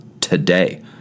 today